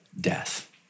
death